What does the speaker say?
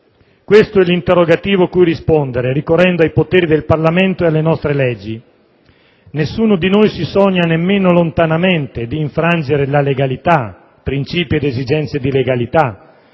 Questo è l'interrogativo cui rispondere ricorrendo ai poteridel Parlamento e alle nostre leggi. Nessuno di noi si sogna nemmeno lontanamente di infrangere la legalità e principi ed esigenze di legalità